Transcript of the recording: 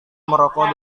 merokok